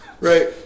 Right